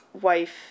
wife